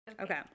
Okay